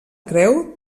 creu